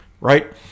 right